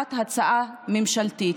להגשת הצעה ממשלתית.